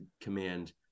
command